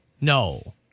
No